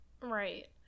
right